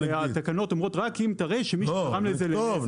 התקנות אומרות שרק אם תראה שמי שגרם לזה זה "אלקטרה פאוור".